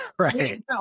Right